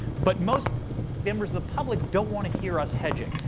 but most members of the public don't want to hear us hedging.